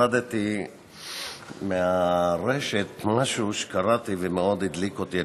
אני הורדתי מהרשת משהו שקראתי ומאוד הדליק אותי.